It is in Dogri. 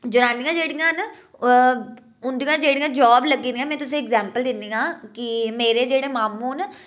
जनानियां जेह्ड़ियां न उं'दियां जेह्ड़ियां जॉब लग्गी दियां न में तुसें ई एग्जॉम्पल दि'न्नी आं कि मेरे जेह्ड़े मामू न